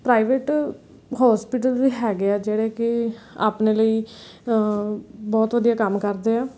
private hospital ਵੀ ਹੈਗੇ ਆ ਜਿਹੜੇ ਕਿ ਆਪਣੇ ਲਈ ਬਹੁਤ ਵਧੀਆ ਕੰਮ ਕਰਦੇ ਆ